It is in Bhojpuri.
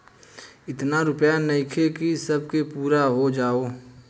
एतना रूपया नइखे कि सब के पूरा हो जाओ